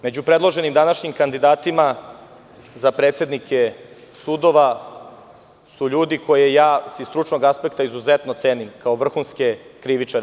Među predloženim današnjim kandidatima za predsednike sudova su ljudi koje ja sa stručnog aspekta izuzetno cenim, kao vrhunske krivičare.